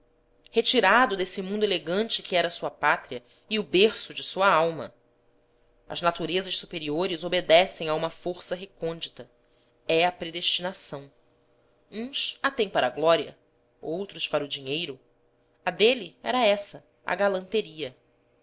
retirado desse mundo elegante que era sua pátria e o berço de sua alma as naturezas superiores obedecem a uma força recôndita é a predestinação uns a têm para a glória outros para o dinheiro a dele era essa a galanteria